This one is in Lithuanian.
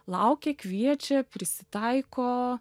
laukia kviečia prisitaiko